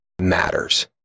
matters